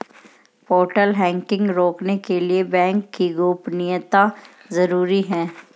portal hacking रोकने के लिए बैंक की गोपनीयता जरूरी हैं